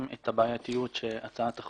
כשתעשו את זה גם כלפי הבדואים אנחנו נגיד שזה מקצועי.